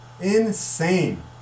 insane